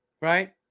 Right